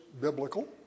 biblical